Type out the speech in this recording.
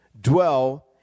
dwell